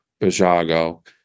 Bajago